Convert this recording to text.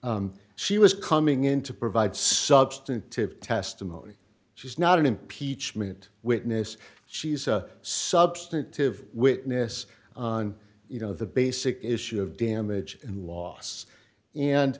confirms she was coming in to provide substantive testimony she's not an impeachment witness she's a substantive witness on you know the basic issue of damage and loss and